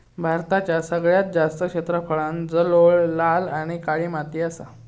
भारतात सगळ्यात जास्त क्षेत्रफळांत जलोळ, लाल आणि काळी माती असा